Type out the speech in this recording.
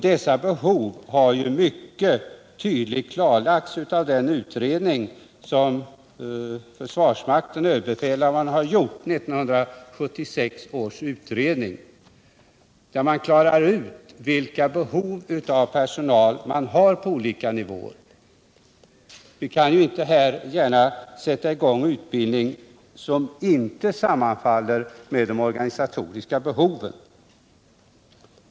Dessa behov har mycket tydligt klarlagts i den utredning som ÖB gjorde 1976. I den har man klarat ut vilka personalbehov man har på olika nivåer. Vi kan ju inte gärna sätta i gång en utbildning som inte sammanfaller med de organisatoriska behoven.